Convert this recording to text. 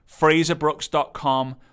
FraserBrooks.com